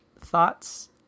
thoughts